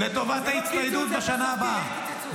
-- לטובת ההצטיידות בשנה הבאה.